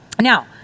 Now